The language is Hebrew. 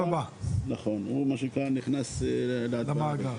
נכנס למאגר.